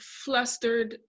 flustered